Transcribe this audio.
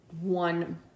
one